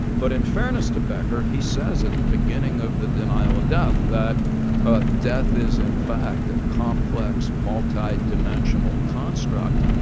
but in fairness to becker, he says at the beginning of the denial of death that ah death is, in fact, a complex, multi-dimensional construct.